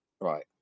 right